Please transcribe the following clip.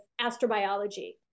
astrobiology